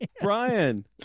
Brian